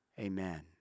Amen